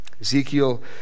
Ezekiel